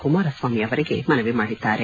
ಕುಮಾರಸ್ವಾಮಿ ಅವರಿಗೆ ಮನವಿ ಮಾಡಿದ್ದಾರೆ